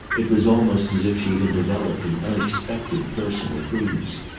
it was almost as if she had developed an unexpected personal prudence.